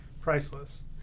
Priceless